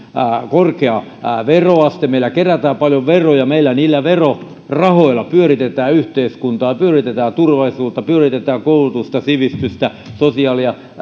korkea veroaste meillä kerätään paljon veroja meillä niillä verorahoilla pyöritetään yhteiskuntaa pyöritetään turvallisuutta pyöritetään koulutusta sivistystä sosiaali ja